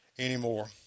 Anymore